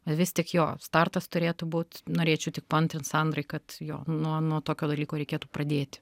na vis tik jo startas turėtų būt norėčiau tik paantrint sandrai kad jo nuo nuo tokio dalyko reikėtų pradėti